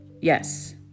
Yes